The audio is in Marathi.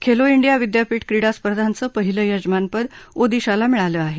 खेलो इंडिया विद्यापीठ क्रीडा स्पर्धांचं पाहिलं यजमानपद ओदिशाला मिळालं आहे